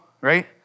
right